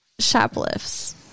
shoplifts